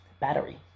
Battery